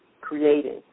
creating